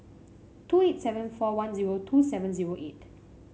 two eight seven four one zero two seven zero eight